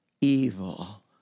evil